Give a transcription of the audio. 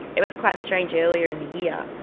it was quite strange earlier in the year,